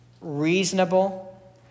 reasonable